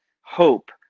hope